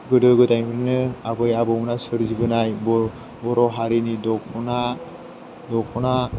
गोदो गोदायनिनो आबै आबौमोना सोरजिबोनाय बर' हारिनि दख'ना